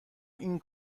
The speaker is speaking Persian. این